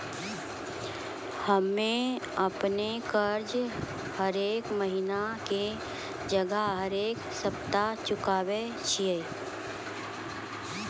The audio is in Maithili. हम्मे अपनो कर्जा हरेक महिना के जगह हरेक सप्ताह चुकाबै छियै